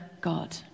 God